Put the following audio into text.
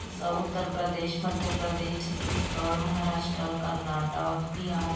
जसं उत्तर प्रदेश मध्य प्रदेश छत्तीसगढ महाराष्ट्र कर्नाटक बिहार